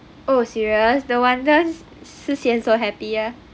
oh serious no wonders si xian so happy ah